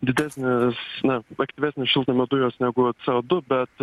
didesnis na aktyvesnės šiltnamio dujos negu c o du bet